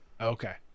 Okay